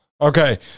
Okay